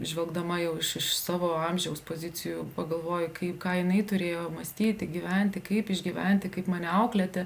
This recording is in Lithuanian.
žvelgdama jau iš iš savo amžiaus pozicijų pagalvoju kaip ką jinai turėjo mąstyti gyventi kaip išgyventi kaip mane auklėti